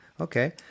Okay